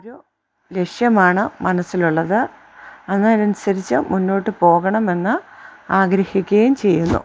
ഒരു ലക്ഷ്യമാണ് മനസ്സിലുള്ളത് അതിനനുസരിച്ച് മുന്നോട്ട് പോകണമെന്ന് ആഗ്രഹിക്കുകയും ചെയ്യുന്നു